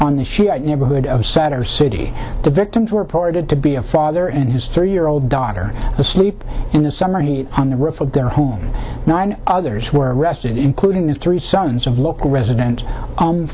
on the shiite neighborhood of sattar city the victims were ported to be a father and his three year old daughter asleep in the summer heat on the roof of their home nine others were arrested including the three sons of local resident